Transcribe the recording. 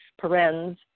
parens